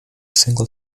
single